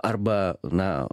arba na